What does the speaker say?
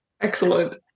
Excellent